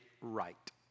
right